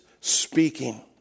speaking